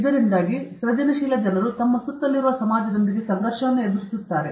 ಇದರಿಂದಾಗಿ ಸೃಜನಶೀಲ ಜನರು ತಮ್ಮ ಸುತ್ತಲಿರುವ ಸಮಾಜದೊಂದಿಗೆ ಸಂಘರ್ಷವನ್ನು ಎದುರಿಸುತ್ತಾರೆ